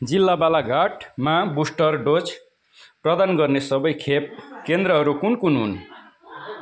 जिल्ला बालाघाटमा booster dose प्रदान गर्ने सबै खोप केन्द्रहरू कुन कुन हुन्